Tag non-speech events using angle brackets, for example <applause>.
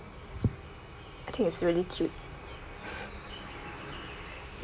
I think it's really cute <breath>